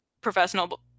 professional